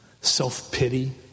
self-pity